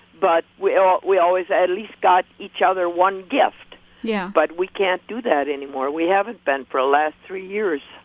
but we um we always at least got each other one gift yeah but we can't do that anymore. we haven't been for the last three years.